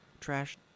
trash